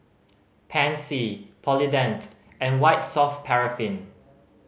Pansy Polident and White Soft Paraffin